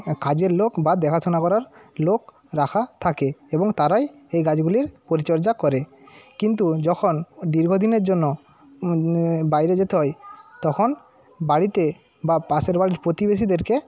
কাজের লোক বা দেখাশোনা করার লোক রাখা থাকে এবং তারাই এই গাছগুলির পরিচর্যা করে কিন্তু যখন দীর্ঘদিনের জন্য বাইরে যেতে হয় তখন বাড়িতে বা পাশের বাড়ির প্রতিবেশীদেরকে